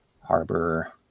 harbor